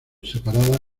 separada